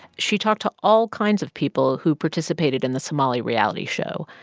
she talked to all kinds of people who participated in the somali reality show.